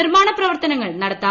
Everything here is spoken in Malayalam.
നിർമ്മാണ പ്രവർത്തനങ്ങൾ നടത്താം